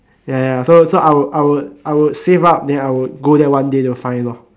ya ya so so I would I would save up then I would go there one day to find lor